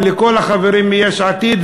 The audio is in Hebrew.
ולכל החברים מיש עתיד,